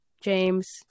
James